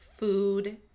food